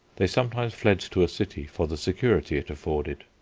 they sometimes fled to a city for the security it afforded.